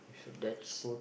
so that's